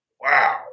Wow